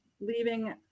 leaving